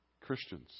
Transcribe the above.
Christians